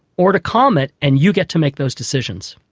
or to calm it and you get to make those decisions.